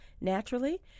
naturally